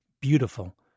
beautiful